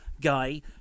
guy